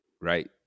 right